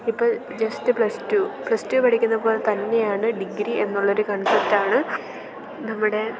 ഇപ്പം just plus two plus two പഠിക്കുന്നത് പോലെ തന്നെയാണ് ഡിഗ്രി എന്നുള്ള ഒരു കൺസെപ്റ്റ് ആണ് നമ്മുടെ